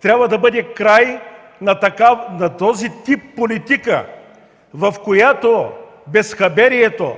трябва да бъде край на такъв тип политика, в която безхаберието,